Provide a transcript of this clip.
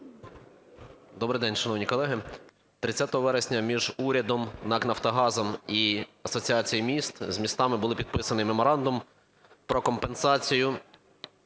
Добрий день, шановні колеги! 30 вересня між урядом, НАК "Нафтогазом" і Асоціацією міст з містами був підписаний меморандум про компенсацію